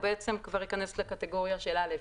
הוא כבר ייכנס לקטגוריה של (א),